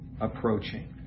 approaching